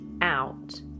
out